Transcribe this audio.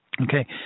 okay